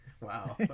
Wow